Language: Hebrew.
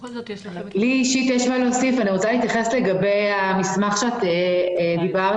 אני רוצה להתייחס לגבי המסמך שאת דיברת